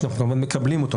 שאנחנו כמובן מקבלים אותו,